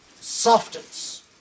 softens